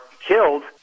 killed